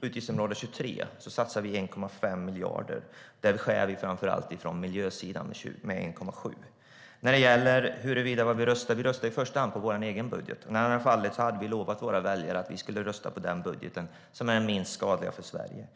På utgiftsområde 23 satsar vi 1,5 miljarder och det tar vi framför allt från miljösidans 1,7 miljarder. Vi röstar i första hand på vår egen budget. Men i annat fall har vi lovat våra väljare att rösta på den budget som är minst skadlig för Sverige.